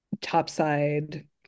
Topside